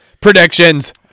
Predictions